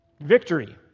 Victory